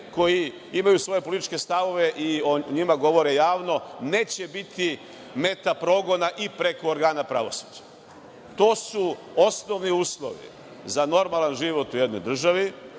koji imaju svoje političke stavove, i o njima govore javno, neće biti meta progona i preko organa pravosuđa. To su osnovni uslovi za normalan život u jednoj državi,